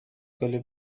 گلی